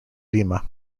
lima